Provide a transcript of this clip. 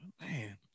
man